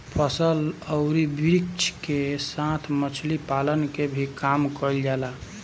फसल अउरी वृक्ष के साथ मछरी पालन के भी काम कईल जाला